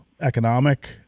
economic